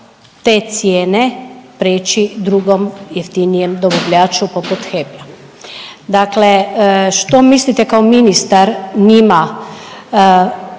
te cijene preći drugom jeftinijem dobavljaču poput HEP-a. Dakle, što mislite kao ministar njima